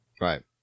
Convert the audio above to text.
Right